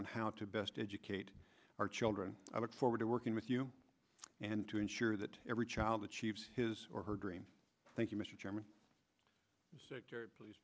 on how to best educate our children i look forward to working with you and to ensure that every child achieves his or her dreams thank you mr chairman so please